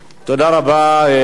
תודה רבה.